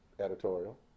editorial